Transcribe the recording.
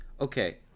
Okay